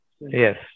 Yes